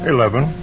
Eleven